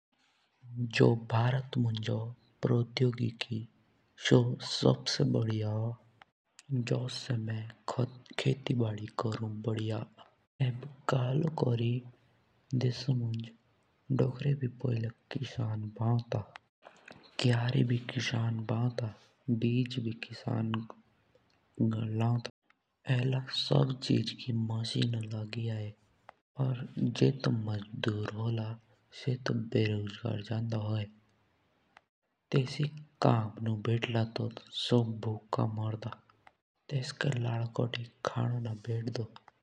जुस भारत मुँज हों सो परोधोगिकी सबसे बढ़िया हों। जुस हामे खेतो बड़ी करु तो का हों पोहिले तो किशन आपुई भाओ त खेत और एब मचीनों गी आयी। बीज भी आपुई लाओ त और एला सब चीज की मचीनों लागि आयी। तो जब किशनोंक रोजगार नु भेट्ला तो किशा भूले नि मोरडे।